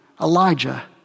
Elijah